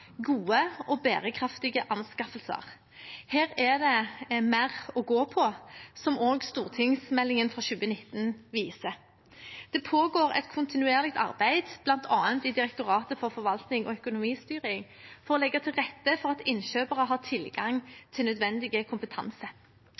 gode og bærekraftige anskaffelser. Her er det mer å gå på, som også stortingsmeldingen fra 2019 viser. Det pågår et kontinuerlig arbeid, bl.a. i Direktoratet for forvaltning og økonomistyring, for å legge til rette for at innkjøpere har tilgang